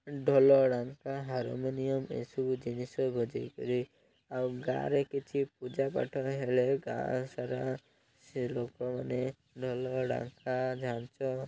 ଢ଼ୋଲ ଡ଼ାଙ୍କା ହାରମୋନିୟମ୍ ଏସବୁ ଜିନିଷ ବଜେଇକରି ଆଉ ଗାଁରେ କିଛି ପୂଜା ପାଠ ହେଲେ ଗାଁ ସାରା ସେ ଲୋକମାନେ ଢ଼ୋଲ ଡ଼ାଙ୍କା ଝାଞ୍ଚ